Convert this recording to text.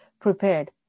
prepared